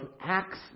acts